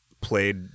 played